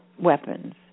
weapons